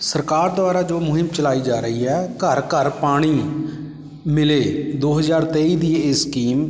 ਸਰਕਾਰ ਦੁਆਰਾ ਜੋ ਮੁਹਿੰਮ ਚਲਾਈ ਜਾ ਰਹੀ ਹੈ ਘਰ ਘਰ ਪਾਣੀ ਮਿਲੇ ਦੋ ਹਜ਼ਾਰ ਤੇਈ ਦੀ ਇਹ ਸਕੀਮ